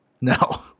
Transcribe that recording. No